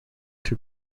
two